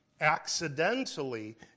Accidentally